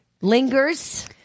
lingers